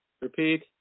Repeat